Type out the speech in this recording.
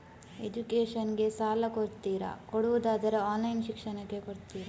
Education ಗೆ ಸಾಲ ಕೊಡ್ತೀರಾ, ಕೊಡುವುದಾದರೆ ಆನ್ಲೈನ್ ಶಿಕ್ಷಣಕ್ಕೆ ಕೊಡ್ತೀರಾ?